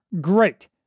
great